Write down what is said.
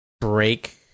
Break